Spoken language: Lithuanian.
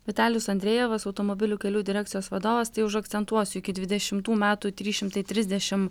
vitalijus andrejevas automobilių kelių direkcijos vadovas tai užakcentuosiu iki dvidešimtų metų trys šimtai trisdešim